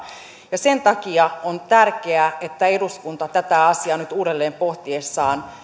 turvataan sen takia on tärkeää että eduskunta tätä asiaa nyt uudelleen pohtiessaan